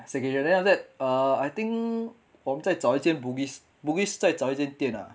secondary then after that uh I think 我们再找一间 bugis bugis 再找一间店 ah